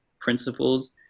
principles